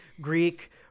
Greek